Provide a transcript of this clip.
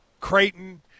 Creighton